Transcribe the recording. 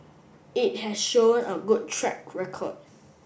it has shown a good track record